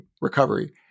recovery